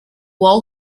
all